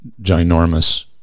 ginormous